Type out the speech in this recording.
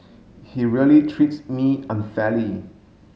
he really treats me unfairly